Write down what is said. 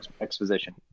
exposition